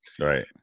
right